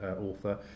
author